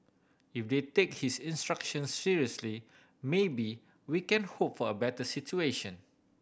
if they take his instructions seriously maybe we can hope for a better situation